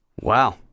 Wow